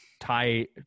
TIE